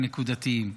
הנקודתיים,